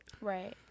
Right